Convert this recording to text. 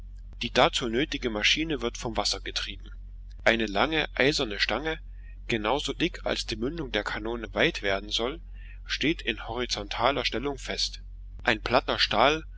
die dazu nötige maschine wird vom wasser getrieben eine lange eiserne stange genauso dick als die mündung der kanonen weit werden soll steht in horizontaler stellung fest ein platter stahl